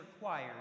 required